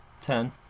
Ten